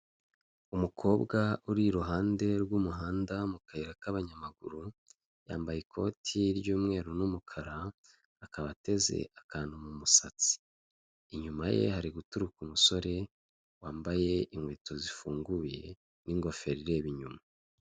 Umukobwa uri iruhande rw'umuhanda mu kayira k'abanyamaguru yambaye ikoti ry'umweru n'umukara, akaba ateze akantu mu musatsi, inyuma ye hari guturuka umusore wambaye inkweto zifunguye n'ingofero ireba inyuma.